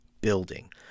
building